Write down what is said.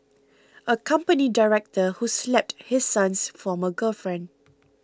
a company director who slapped his son's former girlfriend